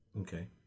Okay